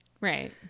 Right